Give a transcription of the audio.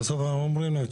ובסוף אנחנו אומרים להם,